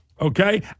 Okay